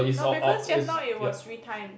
no because just now it was free time